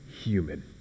human